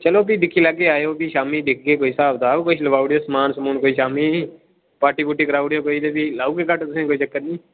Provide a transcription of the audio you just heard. चलो फ्ही दिक्खी लैगे आएओ फ्ही शाम्मी दिक्खगे कोई स्हाब कताब कुछ लुआई ओड़ेओ समान समून कुछ शाम्मी पार्टी पूर्टी कराई ओड़ेओ कोई ते फ्ही लाई गे घट्ट तुसें कोई चक्कर नी